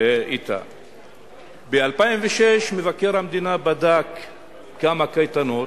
מבקר המדינה 2006 ו-2008.